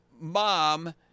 mom